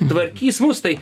tvarkys mus tai